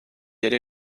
aller